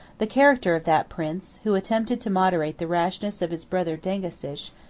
the character of that prince, who attempted to moderate the rashness of his brother dengisich,